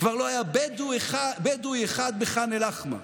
כבר לא היה בדואי אחד בח'אן אל-אחמר.